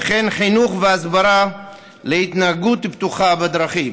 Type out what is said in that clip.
וכן חינוך והסברה להתנהגות בטוחה בדרכים.